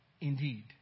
Indeed